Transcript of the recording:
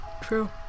True